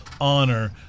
honor